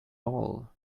all